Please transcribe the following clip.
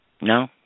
No